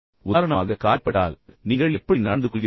உதாரணமாக நீங்கள் காயம் அடைந்தால் நீங்கள் எப்படி நடந்துகொள்கிறீர்கள்